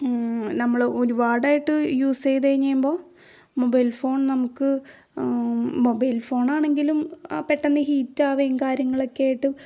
നമ്മള് ഒരുപാടായിട്ട് യൂസ് ചെയ്ത് കഴിഞ്ഞ് കഴിയുമ്പോൾ മൊബൈൽ ഫോൺ നമുക്ക് മൊബൈൽ ഫോണാണെങ്കിലും ആ പെട്ടെന്ന് ഹീറ്റ് ആകുകയും കാര്യങ്ങൾ ഒക്കെ ആയിട്ട്